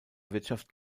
wirtschaft